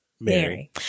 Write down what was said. Mary